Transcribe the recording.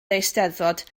eisteddfod